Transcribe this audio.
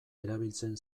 erabiltzen